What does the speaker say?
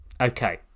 Okay